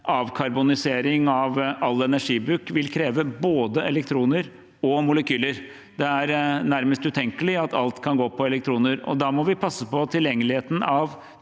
avkarbonisering av all energibruk vil kreve både elektroner og molekyler. Det er nærmest utenkelig at alt kan gå på elektroner. Da må vi passe på tilgjengeligheten av